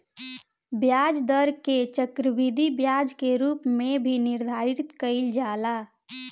ब्याज दर के चक्रवृद्धि ब्याज के रूप में भी निर्धारित कईल जाला